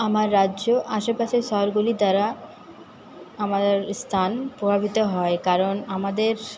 আমার রাজ্য আসে পাশে শহরগুলি দ্বারা আমাদের স্থান প্রভাবিত হয় কারণ আমাদের